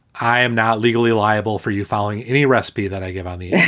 i am not legally liable for you following any recipe that i give um you